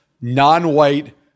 non-white